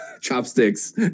chopsticks